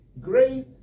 great